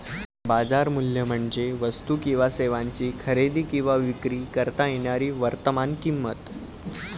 बाजार मूल्य म्हणजे वस्तू किंवा सेवांची खरेदी किंवा विक्री करता येणारी वर्तमान किंमत